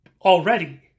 already